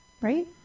right